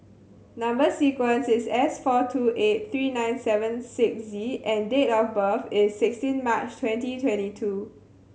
number sequence is S four two eight three nine seven six Z and date of birth is sixteen March twenty twenty two